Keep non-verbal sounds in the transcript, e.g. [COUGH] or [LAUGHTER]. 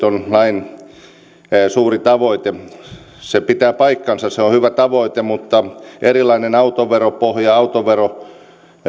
[UNINTELLIGIBLE] on lain suuri tavoite se pitää paikkansa se on hyvä tavoite mutta erilainen autoveropohja autoverosäädökset